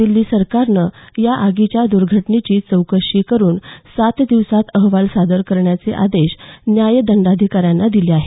दिल्ली सरकारनं या आगीच्या द्र्घटनेची चौकशी करून सात दिवसांत अहवाल सादर करण्याचे आदेश न्याय दंडाधिकाऱ्यांना दिले आहेत